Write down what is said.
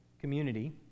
community